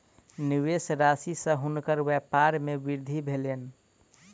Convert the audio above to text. निवेश राशि सॅ हुनकर व्यपार मे वृद्धि भेलैन